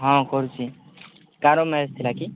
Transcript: ହଁ କରୁଛି କାହାର ମ୍ୟାଚ୍ ଥିଲା କି